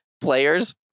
players